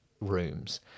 rooms